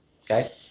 okay